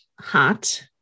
Hot